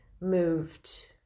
moved